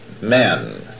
men